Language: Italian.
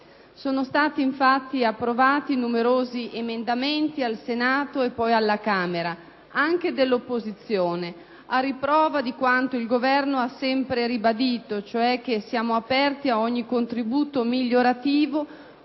Sono stati infatti approvati numerosi emendamenti al Senato e alla Camera, anche dell'opposizione: a riprova di quanto il Governo ha sempre ribadito, cioè che siamo aperti ad ogni contributo migliorativo,